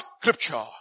scripture